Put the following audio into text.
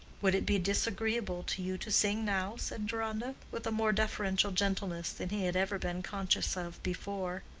would it be disagreeable to you to sing now? said deronda, with a more deferential gentleness than he had ever been conscious of before.